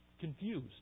confused